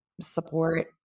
support